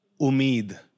Umid